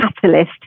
catalyst